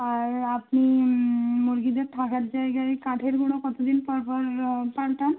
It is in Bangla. আর আপনি মুরগিদের থাকার জায়গায় কাঠের গুঁড়ো কতদিন পরপর পাল্টান